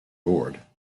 board